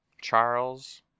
Charles